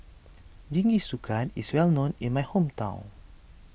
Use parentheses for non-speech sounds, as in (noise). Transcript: (noise) Jingisukan is well known in my hometown